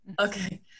Okay